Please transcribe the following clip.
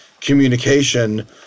communication